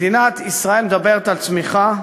מדינת ישראל מדברת על צמיחה,